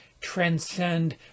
transcend